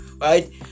right